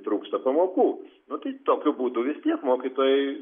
trūksta pamokų nu tai tokiu būdu vistiek mokytojai